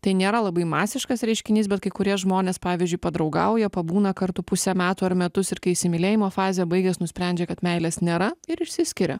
tai nėra labai masiškas reiškinys bet kai kurie žmonės pavyzdžiui padraugauja pabūna kartu pusę metų ar metus ir kai įsimylėjimo fazė baigias nusprendžia kad meilės nėra ir išsiskiria